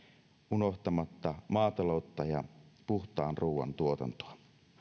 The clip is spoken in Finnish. unohtamatta maataloutta ja puhtaan ruuan tuotantoa